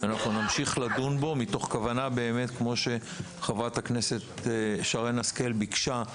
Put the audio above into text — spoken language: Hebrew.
אנחנו נמשיך לדון בו כמו שחברת הכנסת שרן השכל ביקשה,